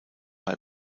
bei